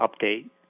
update